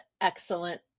excellent